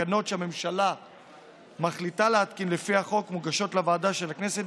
תקנות שהממשלה מחליטה להתקין לפי החוק מוגשות לוועדה של הכנסת,